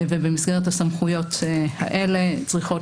ובמסגרתן צריכות